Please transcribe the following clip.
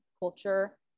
culture